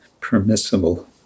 permissible